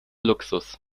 luxus